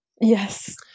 Yes